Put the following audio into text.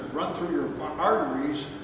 runs through your arteries